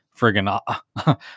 Friggin